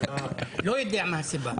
לא יודע מה הסיבה.